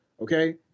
Okay